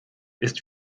ist